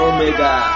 Omega